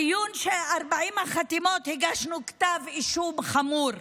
בדיון של 40 החתימות הגשנו כתב אישום חמור.